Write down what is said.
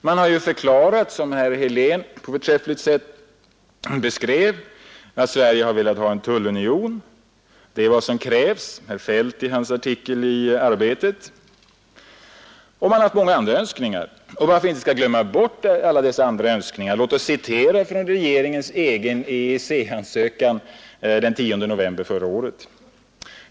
Man har förklarat, som herr Helén på ett förträffligt sätt beskrev, att en tullunion är vad som krävs. Jag kan erinra om herr Feldts artikel i Arbetet. Man har också haft många andra önskningar, som inte skall glömmas bort. Jag citerar från regeringens egen EEC-ansökan den 10 november förra året.